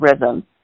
rhythm